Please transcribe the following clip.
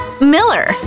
Miller